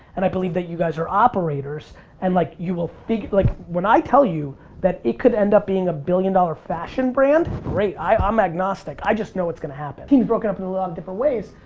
and i believe that you guys are operators and like you will figure, like when i tell you that it could end up being a billion dollar fashion brand, great. i'm um agnostic, i just know it's gonna happen. team's broken up in a lot of different ways.